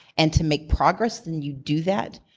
and to make progress, than you do that.